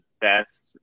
best